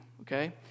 okay